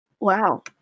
Wow